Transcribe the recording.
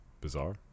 Bizarre